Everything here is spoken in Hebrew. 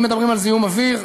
אם מדברים על זיהום אוויר,